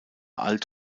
alt